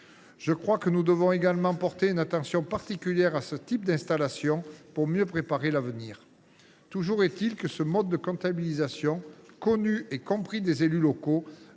intercommunal. Nous devons porter une attention particulière à ce type d’installations pour mieux préparer l’avenir. Toujours est il que ce mode de comptabilisation, connu et compris des élus locaux,